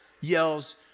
yells